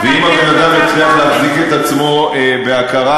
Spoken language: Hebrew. ואם הבן-אדם יצליח להחזיק את עצמו בהכרה